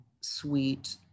sweet